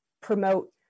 promote